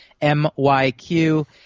M-Y-Q